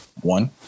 one